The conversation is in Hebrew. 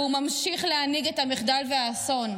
והוא ממשיך להנהיג את המחדל והאסון.